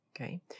okay